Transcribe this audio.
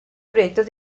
proyectos